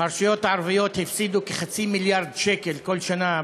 הרשויות הערביות הפסידו כחצי מיליארד שקל כל שנה,